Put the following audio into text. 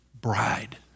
bride